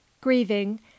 grieving